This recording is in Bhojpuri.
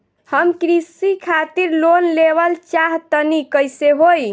हम कृषि खातिर लोन लेवल चाहऽ तनि कइसे होई?